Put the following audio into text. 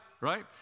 right